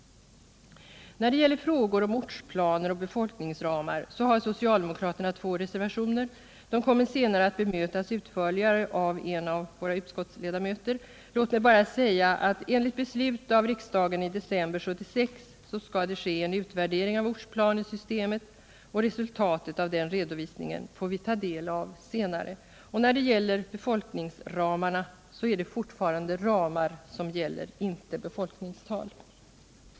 När det gäller frågor om ortsplaner och befolkningsramar har socialdemokraterna två reservationer. De kommer senare att bemötas utförligare av en av våra utskottsledamöter. Låt mig bara säga att enligt beslut av riksdagen i december 1976, så skall det ske en utvärdering av ortplanesystemet. Resultatet av den redovisningen får vi ta del av senare. När det gäller befolkningsramarna är det fortfarande ramar som gäller, inte befolkningstal.